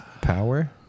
power